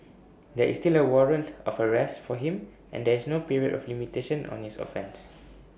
there is still A warrant of arrest for him and there is no period of limitation on his offence